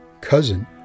cousin